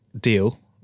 deal